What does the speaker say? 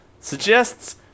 Suggests